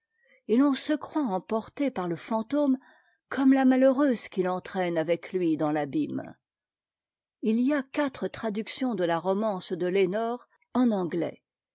et l'on se croit emporté par le fantôme comme la malheureuse qu'i entraîne avec lui dans l'abîme il y a quatre traductions de a romance de lenore en ang